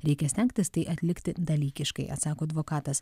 reikia stengtis tai atlikti dalykiškai atsako advokatas